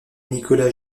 nicolas